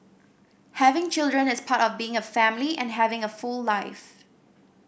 having children is part of being a family and having a full life